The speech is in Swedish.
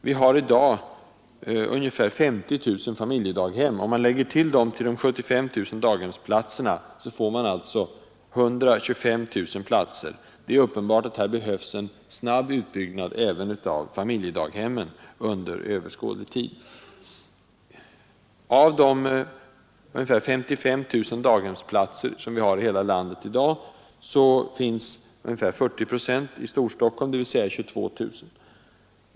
Vi har i dag ungefär 50 000 familjedaghem. Om man därtill lägger de 75 000 daghemsplatserna får man 125 000 platser. Det är uppenbart att det behövs en snabb utbyggnad även av familjedaghemmen under överskådlig tid. Av de 55 000 daghemsplatser som vi i dag har i hela landet finns 40 procent i Storstockholm, dvs. ungefär 22 000.